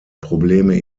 probleme